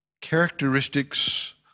characteristics